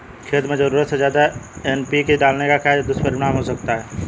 खेत में ज़रूरत से ज्यादा एन.पी.के डालने का क्या दुष्परिणाम हो सकता है?